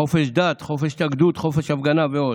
חופש דת, חופש ההתאגדות, חופש ההפגנה ועוד.